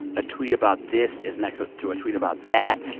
a tweet about this is next to a tweet about that.